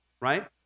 right